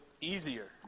easier